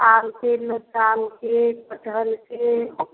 आमके लतामके कटहलके